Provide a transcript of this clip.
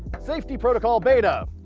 safety protocol beta!